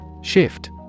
Shift